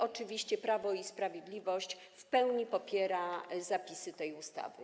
Oczywiście Prawo i Sprawiedliwość w pełni popiera zapisy tej ustawy.